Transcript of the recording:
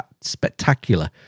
spectacular